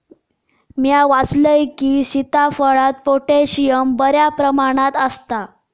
म्या वाचलंय की, सीताफळात पोटॅशियम बऱ्या प्रमाणात आसता